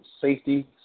safety